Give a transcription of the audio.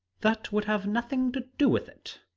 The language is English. that would have nothing to do with it.